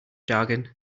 jargon